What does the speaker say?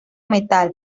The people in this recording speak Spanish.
metal